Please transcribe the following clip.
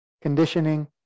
conditioning